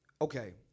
okay